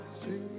sing